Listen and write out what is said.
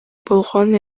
болгон